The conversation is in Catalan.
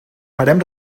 farem